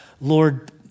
Lord